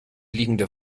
liegende